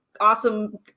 awesome